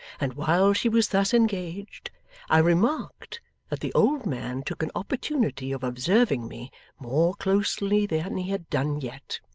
and while she was thus engaged i remarked that the old man took an opportunity of observing me more closely than he had done yet.